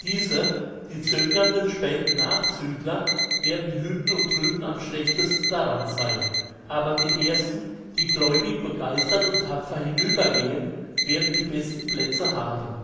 diese die zögernden späten nachzügler werden hüben und drüben am schlechtesten daran sein aber die ersten die gläubig begeistert und tapfer hinübergehen werden die besten plätze haben